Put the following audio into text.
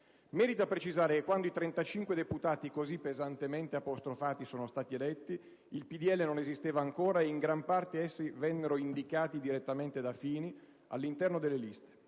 Merita precisare che quando i 35 deputati così pesantemente apostrofati sono stati eletti, il Popolo della Libertà non esisteva ancora ed in gran parte essi vennero indicati direttamente da Fini all'interno delle liste,